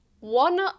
One